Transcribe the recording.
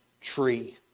tree